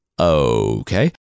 Okay